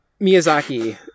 Miyazaki